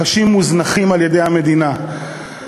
חשים מוזנחים על-ידי המדינה,